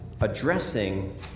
addressing